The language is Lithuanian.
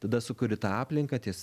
tada sukuri tą aplinką ties